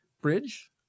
bridge